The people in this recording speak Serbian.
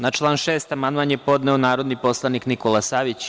Na član 6. amandman je podneo narodni poslanik Nikola Savić.